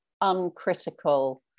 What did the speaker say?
uncritical